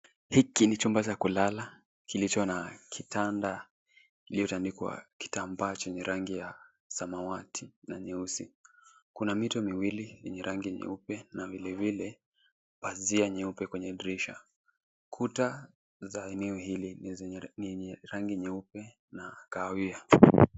Hiki ni chumba cha kulala kilicho na kitanda kilichotandikwa kitambaa chenye rangi ya samawati na nyeusi. Kuna mito miwili yenye rangi nyeupe na vilevile pazia nyeupe kwenye dirisha. Kuta za eneo hili ni yenye rangi nyeupe na kahawia.